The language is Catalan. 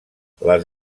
les